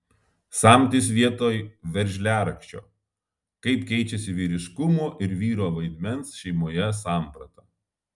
samtis vietoj veržliarakčio kaip keičiasi vyriškumo ir vyro vaidmens šeimoje samprata